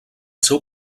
seu